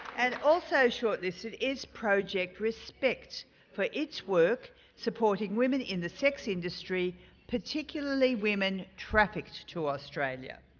and also short listed is project respect for it's work supporting women in the sex industry particularly women trafficked to australia.